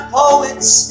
poets